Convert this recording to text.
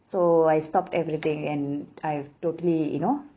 so I stopped everything and I've totally you know